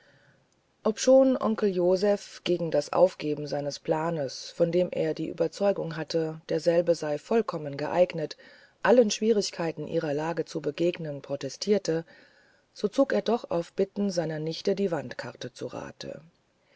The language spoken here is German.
obschon onkel joseph gegen das aufgeben seines planes von dem er die überzeugunghatte derselbeseivollkommengeeignet alleschwierigkeitenihrerlage zu begegnen protestierte so zog er doch auf bitten seiner nichte die wandkarte zu rate